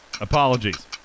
Apologies